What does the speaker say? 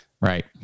Right